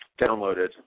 downloaded